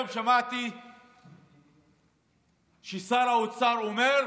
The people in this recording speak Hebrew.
שמעתי היום ששר האוצר אומר: